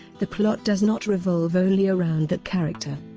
the plot does not revolve only around that character.